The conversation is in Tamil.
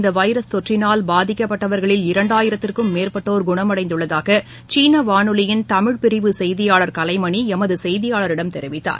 இந்த வைரஸ் தொற்றினால் பாதிக்க்பட்டவர்களில் இரண்டாயிரத்திற்கும் மேற்பட்டோர் சீனாவில் குணமடைந்துள்ளதாக சீன வானொலியின் தமிழ் பிரிவு செய்தியாளர் கலைமணி எமது செய்தியாளரிடம் தெரிவித்தார்